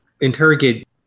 interrogate